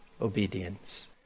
obedience